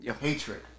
hatred